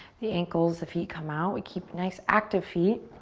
the ankles, the feet come out. we keep nice active feet.